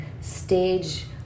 stage